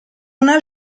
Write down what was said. una